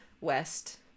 west